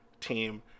team